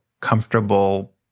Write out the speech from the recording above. comfortable